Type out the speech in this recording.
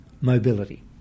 mobility